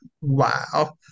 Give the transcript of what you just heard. wow